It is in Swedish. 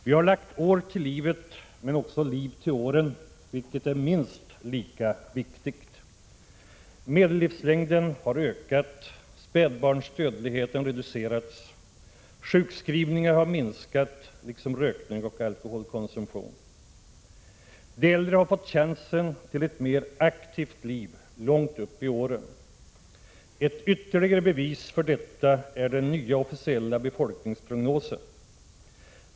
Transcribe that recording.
Vi har lagt år till livet men också liv till åren, vilket är minst lika viktigt. Medellivslängden har ökat, spädbarnsdödligheten reducerats. Sjukskrivningar har minskat liksom rökning och alkoholkonsumtion. De äldre har fått chansen till ett mer aktivt liv långt upp i åren. Ett ytterligare bevis för detta är den nya officiella befolkningsprognosen.